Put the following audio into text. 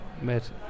met